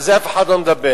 על זה אף אחד לא מדבר.